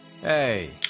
Hey